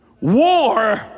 War